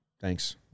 Thanks